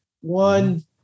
One